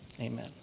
AMEN